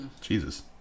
Jesus